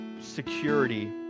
security